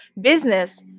business